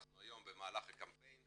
אנחנו היום במהלך הקמפיין,